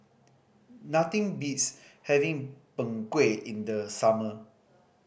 nothing beats having Png Kueh in the summer